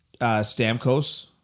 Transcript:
Stamkos